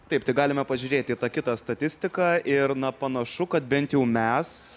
taip tai galime pažiūrėti į tą kitą statistiką ir na panašu kad bent jau mes